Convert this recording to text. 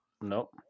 Nope